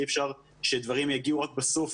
אי אפשר שדברים יגיעו רק בסוף,